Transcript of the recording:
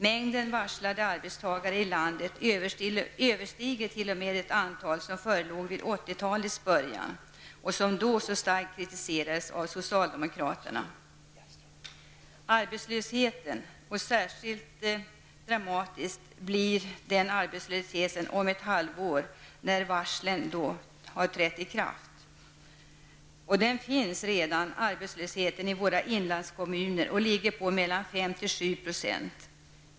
Mängden varslade arbetstagare överstiger t.o.m. det antal som förelåg vid 1980-talets början, och som då så starkt kritiserades av socialdemokraterna. Arbetslösheten -- som blir särskilt dramatisk om ett halvår när varslen har trätt i kraft -- finns redan i våra inlandskommuner, och den ligger på 5--7 %.